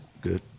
Good